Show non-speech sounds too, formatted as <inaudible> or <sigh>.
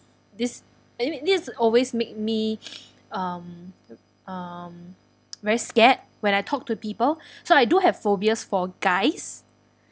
this I mean this always make me <noise> um um <noise> very scared when I talk to people <breath> so I do have phobias for guys